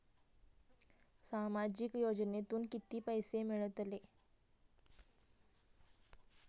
सामाजिक योजनेतून किती पैसे मिळतले?